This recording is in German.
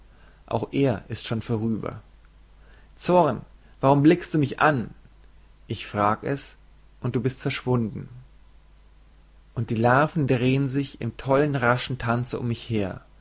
auch er ist schon vorüber zorn warum blickst du mich an ich frage es und du bist verschwunden und die larven drehen sich im tollen raschen tanze um mich her